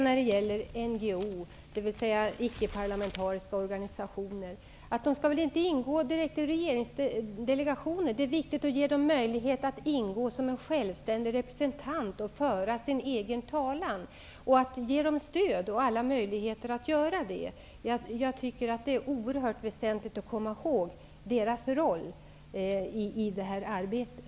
När det gäller NGO, dvs. icke-parlamentariska organisationer, vill jag säga att jag inte tycker att de direkt skall ingå i regeringsdelegationer, men det är viktigt att ge dem möjlighet att medverka som självständiga representanter och föra sin egen talan; det är viktigt att ge dem alla möjligheter att göra det och att ge dem stöd. Men jag tycker att det är oerhört väsentligt att komma ihåg deras roll i det här arbetet.